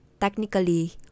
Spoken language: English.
technically